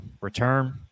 return